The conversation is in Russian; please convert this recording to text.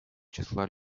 числа